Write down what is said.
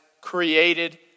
created